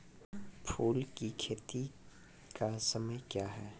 फुल की खेती का समय क्या हैं?